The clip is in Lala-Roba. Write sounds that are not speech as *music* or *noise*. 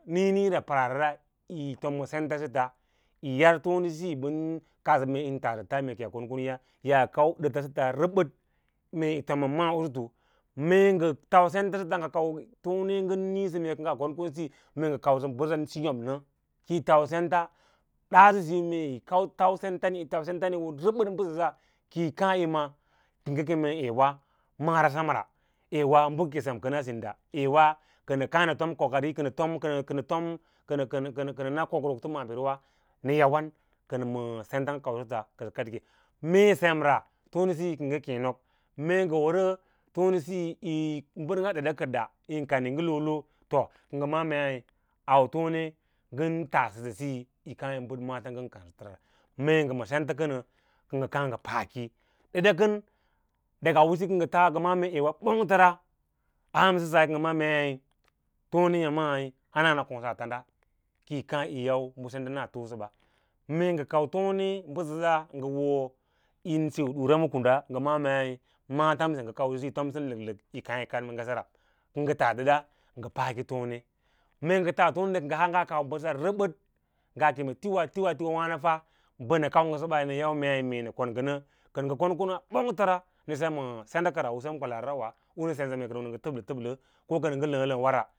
Nǐǐnǐî parara yi tona ma senta səta yi yar tonasi yaa ɓən kadsə yin laasən tas konkon siya yaa kau rebed yū tom ma ma’â wutu, mee ngən kau senta səta mee ngən kau tone ngə kěě mee kə ngaa kon kon siyi mee kau bəsan yob nə kəi va senta daaso síyo mee yi tau sen tan rəbəd siya kəi kaã yi ma’â yi keme wa mara semra cewa bəkəke semaa sinda eewa kənəkaã nə tom kokari *hesitation* nəna kokrokto maabiri nə yawan kənə məə sentan kansə təta kə sə kad keke mee semsa tonesiyi ké yi keẽ rok mee nga wərə tonseiya kí kan nga ɗəda kəɗɗa yo yo lo kə ngə ma’â mei antone ngən taabəsəsiyi yi kaã yí bəɗ mata ngə kansəta ra, mee ngə santa kəna kə ngə kaa ngə paa ku̍ ɗəɗa kən daga usumya kə mgə tas ngə ma’ā kən bongetəra aa hansəsa kə ngə ma’ā mei tonesisi mee hana nə konsə a tanɗa ki yi kaā yi yau bə senda na too səba mee ngə kau tones mbəsəsa duka ngə ho yin siu dwara ma kunda ngə ma’ā mei matanse ngə kausə suyin tomsə ləklək yi kaã yi kaɗ ma ngebera ngə taa ɗəda ngə paaki tone. Meengə tas tonenə, ngə haa nga mbəsəsa rəbəd tiwa tiwa tiwa tire mbəsəsa rəbəd tiwa tiwa tiwa tiwa mbəsəbaí nən yau mee, mee nə konnernə kənə kon kon a bongtəra nə sem ma banda kon u sem kwalaariwa u u nə sensə kənə təblətələ ko kənə ləə̃ ləə̃ ra.